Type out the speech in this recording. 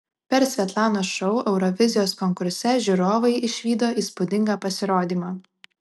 per svetlanos šou eurovizijos konkurse žiūrovai išvydo įspūdingą pasirodymą